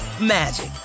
magic